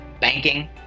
banking